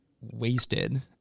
wasted